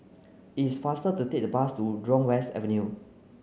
it's faster to take the bus to Jurong West Avenue